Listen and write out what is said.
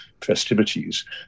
festivities